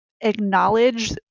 acknowledge